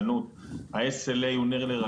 שמעתי פה מספרים של חצי שנה.